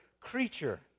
creature